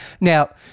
Now